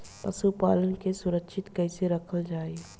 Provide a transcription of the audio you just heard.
पशुपालन के सुरक्षित कैसे रखल जाई?